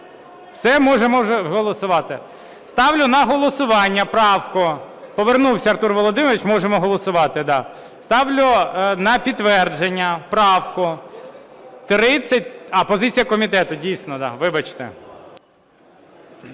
Все, можемо голосувати. Ставлю на голосування правку. Повернувся Артур Володимирович, можемо голосувати. Ставлю на підтвердження правку… А, позиція комітету, дійсно. Вибачте.